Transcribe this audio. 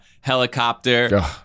helicopter